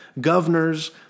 governors